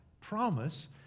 promise